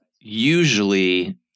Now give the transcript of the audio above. usually